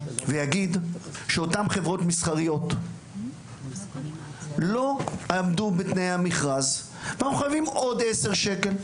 ויגיד שאותן חברות מסחריות לא עמדו בתנאי המכרז וצריך עוד 10 שקל.